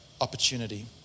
opportunity